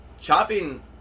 Chopping